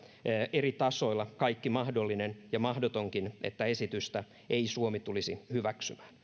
eri tasoilla kaikki mahdollinen ja mahdotonkin jotta suomi ei tule esitystä hyväksymään